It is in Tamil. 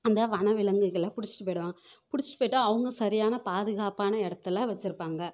அந்த வனவிலங்குகளை பிடிச்சிட்டு போய்டுவாங்க பிடிச்சிட்டு போய்ட்டு அவங்க சரியான பாதுகாப்பான இடத்துல வச்சுருப்பாங்க